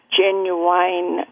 genuine